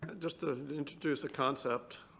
just to introduce a concept,